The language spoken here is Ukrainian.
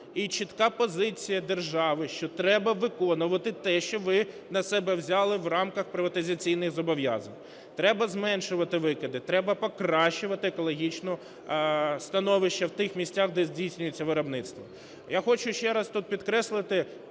і чітка позиція держави, що треба виконувати те, що ви на себе взяли в рамках приватизаційних зобов'язань, треба зменшувати викиди, треба покращувати екологічне становище в тих місцях, де здійснюється виробництво. Я хочу ще раз тут підкреслити